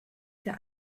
der